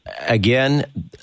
again